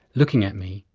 looking at me,